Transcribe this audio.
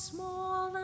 Small